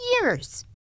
years